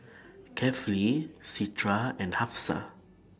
Kefli Citra and Hafsa